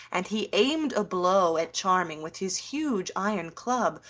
and he aimed a blow at charming with his huge iron club,